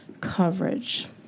coverage